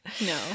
no